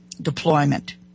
deployment